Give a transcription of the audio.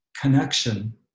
connection